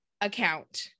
account